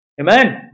Amen